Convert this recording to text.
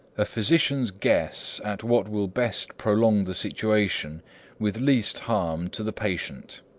a physician's guess at what will best prolong the situation with least harm to the patient.